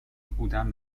بودن